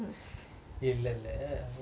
இல்ல இல்ல:illa illa